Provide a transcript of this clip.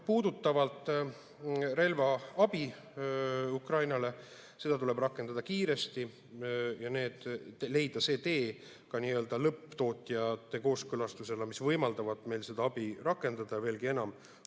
piiridele. Relvaabi Ukrainale – seda tuleb rakendada kiiresti ja leida tee ka nii-öelda lõpptootjate kooskõlastusena, mis võimaldab meil seda abi rakendada, veelgi enam,